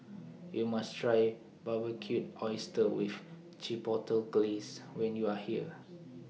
YOU must Try Barbecued Oysters with Chipotle Glaze when YOU Are here